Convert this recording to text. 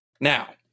Now